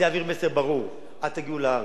זה יעביר מסר ברור: אל תגיעו לארץ,